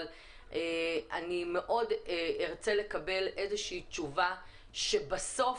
אבל אני מאוד ארצה לקבל איזו שהיא תשובה שבסוף